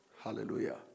Hallelujah